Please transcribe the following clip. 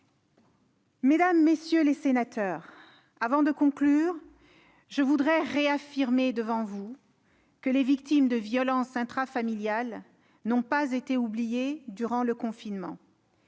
Mesdames, messieurs les sénateurs, avant de conclure, je voudrais réaffirmer devant vous que les victimes de violences intrafamiliales n'ont pas été oubliées durant le confinement.